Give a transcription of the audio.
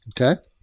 Okay